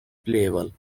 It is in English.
playable